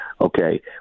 Okay